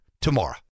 tomorrow